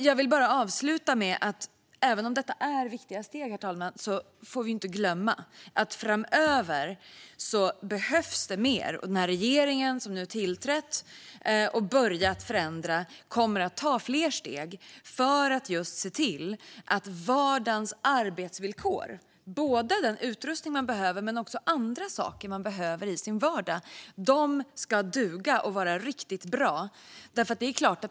Jag vill bara avsluta med att även om detta är viktiga steg, herr talman, får vi inte glömma att det behövs mer framöver när den regering som nu har tillträtt och börjat förändra kommer att ta fler steg för att se till att vardagens arbetsvillkor när det gäller den utrustning man behöver men också andra saker man behöver i sin vardag ska duga och vara riktigt bra.